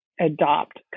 adopt